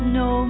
no